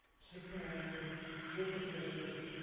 chicaning, superstitious,